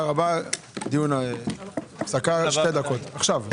ננעלה בשעה 12:16.